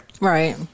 right